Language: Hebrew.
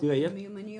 זה מיומנויות.